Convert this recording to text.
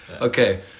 Okay